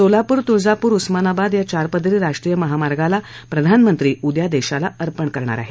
सोलापूर तुळजापूर उस्मानाबाद या चारपदरी राष्ट्रीय महामार्गाला प्रधानमंत्री आज देशाला अर्पण करणार आहेत